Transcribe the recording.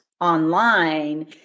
online